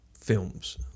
films